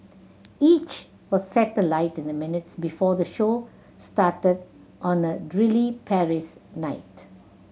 each was set alight in the minutes before the show started on a drily Paris night